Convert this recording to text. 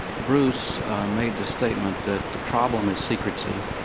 bruce made the statement that the problem is secrecy,